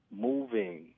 moving